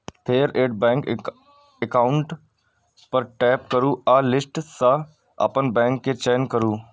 फेर add bank account पर tap करू आ लिस्ट सं अपन बैंक के चयन करू